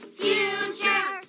future